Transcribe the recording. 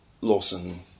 Lawson